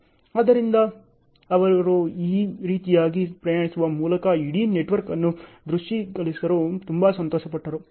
ಆದ್ದರಿಂದ ಅವರು ಈ ರೀತಿಯಾಗಿ ಪ್ರಯಾಣಿಸುವ ಮೂಲಕ ಇಡೀ ನೆಟ್ವರ್ಕ್ ಅನ್ನು ದೃಶ್ಯೀಕರಿಸಲು ತುಂಬಾ ಸಂತೋಷಪಟ್ಟರು